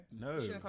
No